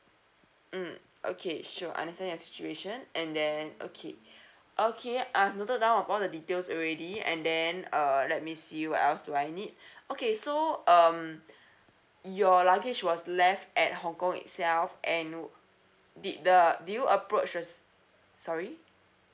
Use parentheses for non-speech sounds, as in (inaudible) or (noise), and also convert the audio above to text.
mm okay sure understand your situation and then okay (breath) okay I've noted down of all the details already and then uh let me see what else do I need (breath) okay so um your luggage was left at hong kong itself and you did the did you approach the sorry